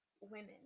women